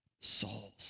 souls